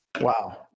wow